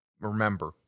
Remember